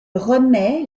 remet